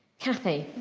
kathy.